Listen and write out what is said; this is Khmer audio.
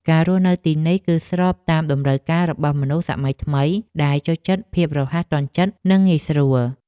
ការរស់នៅទីនេះគឺស្របតាមតម្រូវការរបស់មនុស្សសម័យថ្មីដែលចូលចិត្តភាពរហ័សទាន់ចិត្តនិងងាយស្រួល។